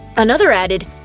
another added,